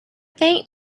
faint